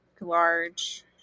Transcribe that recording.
large